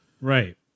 Right